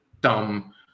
dumb